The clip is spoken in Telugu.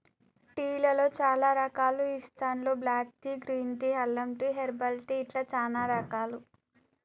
టీ లలో చాల రకాలు చెస్తాండ్లు బ్లాక్ టీ, గ్రీన్ టీ, అల్లం టీ, హెర్బల్ టీ ఇట్లా చానా రకాలు